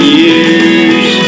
years